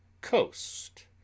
Coast